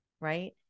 right